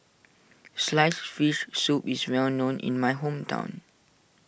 Sliced Fish Soup is well known in my hometown